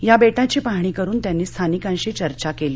या बस्तिषी पाहणी करून त्यांनी स्थानिकांशी चर्चा कल्ली